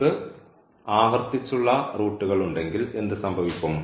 നമുക്ക് ആവർത്തിച്ചുള്ള റൂട്ടുകൾ ഉണ്ടെങ്കിൽ എന്ത് സംഭവിക്കും